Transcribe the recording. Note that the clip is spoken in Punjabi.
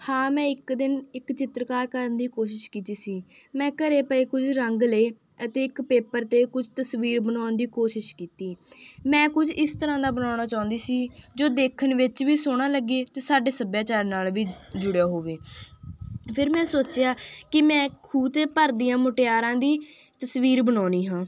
ਹਾਂ ਮੈਂ ਇੱਕ ਦਿਨ ਇੱਕ ਚਿੱਤਰਕਾਰ ਕਰਨ ਦੀ ਕੋਸ਼ਿਸ਼ ਕੀਤੀ ਸੀ ਮੈਂ ਘਰ ਪਏ ਕੁਝ ਰੰਗ ਲਏ ਅਤੇ ਇੱਕ ਪੇਪਰ 'ਤੇ ਕੁਝ ਤਸਵੀਰ ਬਣਾਉਣ ਦੀ ਕੋਸ਼ਿਸ਼ ਕੀਤੀ ਮੈਂ ਕੁਝ ਇਸ ਤਰ੍ਹਾਂ ਦਾ ਬਣਾਉਣਾ ਚਾਹੁੰਦੀ ਸੀ ਜੋ ਦੇਖਣ ਵਿੱਚ ਵੀ ਸੋਹਣਾ ਲੱਗੇ ਅਤੇ ਸਾਡੇ ਸੱਭਿਆਚਾਰ ਨਾਲ ਵੀ ਜੁੜਿਆ ਹੋਵੇ ਫਿਰ ਮੈਂ ਸੋਚਿਆ ਕਿ ਮੈਂ ਖੂਹ 'ਤੇ ਭਰਦੀਆਂ ਮੁਟਿਆਰਾਂ ਦੀ ਤਸਵੀਰ ਬਣਾਉਂਦੀ ਹਾਂ